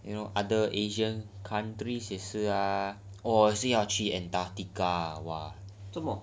我也是要去 antartica ah !wah!